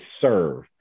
serve